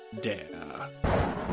dare